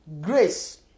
grace